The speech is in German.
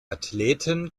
athleten